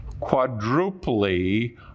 Quadruply